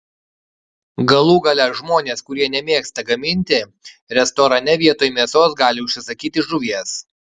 galų gale žmonės kurie nemėgsta gaminti restorane vietoj mėsos gali užsisakyti žuvies